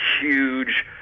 huge